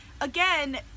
Again